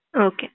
Okay